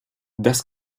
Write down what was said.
das